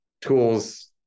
tools